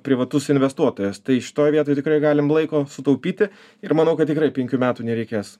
privatus investuotojas tai šitoj vietoj tikrai galim laiko sutaupyti ir manau kad tikrai penkių metų nereikės